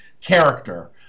character